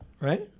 Right